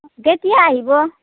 কেতিয়া আহিব